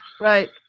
Right